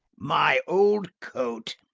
my old coat.